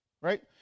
Right